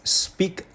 speak